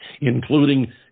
including